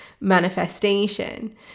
manifestation